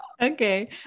Okay